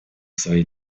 свои